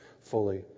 fully